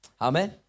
Amen